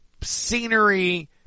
scenery